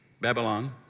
Babylon